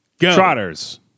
Trotters